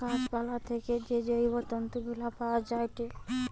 গাছ পালা থেকে যে জৈব তন্তু গুলা পায়া যায়েটে